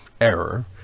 error